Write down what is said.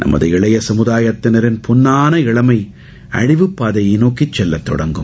நமது இளைய சமதாபத்தினரின் பொன்னான இளமை அழிவுப்பாதையை நோக்கி செல்லத் தொடங்கும்